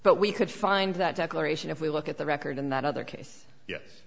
but we could find that declaration if we look at the record in that other case yes